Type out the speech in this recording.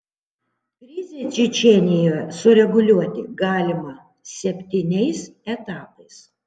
krizę čečėnijoje sureguliuoti galima septyniais etapais